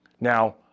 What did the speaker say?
Now